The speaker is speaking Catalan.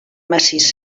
massís